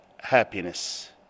happiness